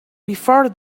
before